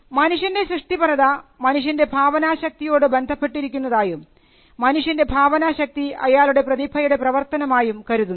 മനുഷ്യൻറെ സൃഷ്ടിപരത മനുഷ്യൻറെ ഭാവന ശക്തിയോട് ബന്ധപ്പെട്ടിരിക്കുന്നതായും മനുഷ്യൻറെ ഭാവനശക്തി അയാളുടെ പ്രതിഭയുടെ പ്രവർത്തനം ആയും കരുതുന്നു